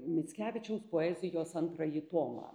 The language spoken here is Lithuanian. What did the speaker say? mickevičiaus poezijos antrąjį tomą